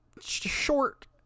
short